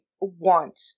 want